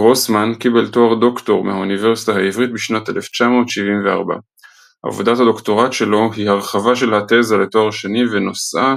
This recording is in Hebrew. גרוסמן קיבל תואר דוקטור מהאוניברסיטה העברית בשנת 1974. עבודת הדוקטורט שלו היא הרחבה של התזה לתואר שני ונושאה